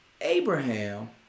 Abraham